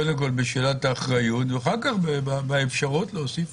קודם כול בשאלת האחריות ואחר כך באפשרות להוסיף